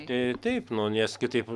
tai taip nu nes kitaip